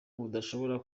budashobora